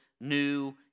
new